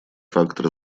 фактор